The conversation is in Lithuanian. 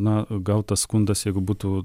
na gautas skundas jeigu būtų